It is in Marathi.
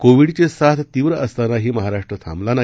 कोविडची साथ तीव्र असतानाही महाराष्ट्र थांबला नाही